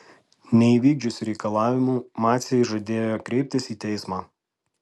neįvykdžius reikalavimų maciai žadėjo kreiptis į teismą